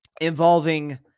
involving